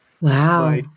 Wow